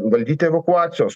valdyti evakuacijos